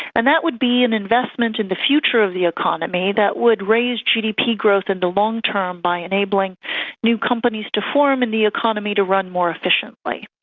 and that would be an investment in the future of the economy that would raise gdp growth in the long term by enabling new companies to form and the economy to run more efficiently.